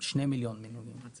שני מיליון, שאז